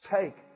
take